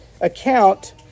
account